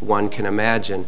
one can imagine